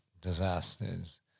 disasters